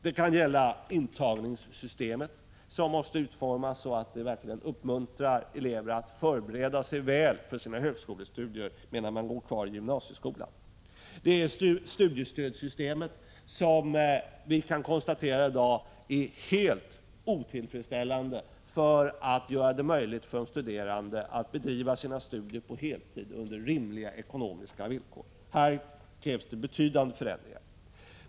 Det kan gälla antagningssystemet, som måste utformas så att det verkligen uppmuntrar eleverna att väl förbereda sig för sina högskolestudier, medan de ännu går i gymnasieskolan. Det gäller studiestödssystemet som är helt otillfredsställande då det gäller att möjliggöra för de studerande att bedriva sina studier på heltid under rimliga ekonomiska villkor. På denna punkt krävs betydande förändringar.